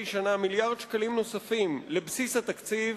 שנה מיליארד שקלים נוספים לבסיס התקציב